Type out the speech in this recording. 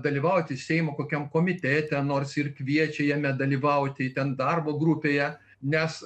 dalyvauti seimo kokiam komitete nors ir kviečia jame dalyvauti ten darbo grupėje nes